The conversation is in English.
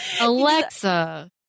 Alexa